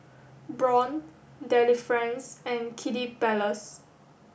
Braun Delifrance and Kiddy Palace